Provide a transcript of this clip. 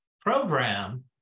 program